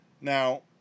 Now